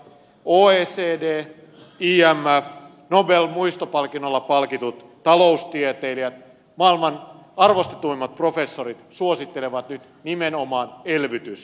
oecd imf nobel muistopalkinnolla palkitut taloustieteilijät maailman arvostetuimmat professorit suosittelevat nyt nimenomaan elvytystä